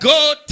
God